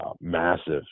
massive